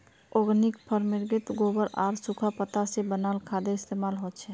organic फर्मिन्गोत गोबर आर सुखा पत्ता से बनाल खादेर इस्तेमाल होचे